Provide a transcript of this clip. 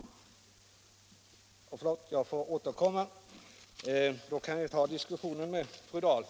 Min repliktid är nu slut, så jag ber att få återkomma till diskussionen med fru Dahl.